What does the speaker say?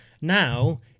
Now